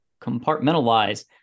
compartmentalize